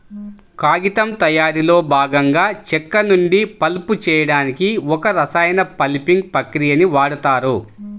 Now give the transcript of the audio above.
కాగితం తయారీలో భాగంగా చెక్క నుండి పల్ప్ చేయడానికి ఒక రసాయన పల్పింగ్ ప్రక్రియని వాడుతారు